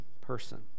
person